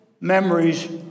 memories